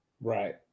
Right